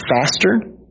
faster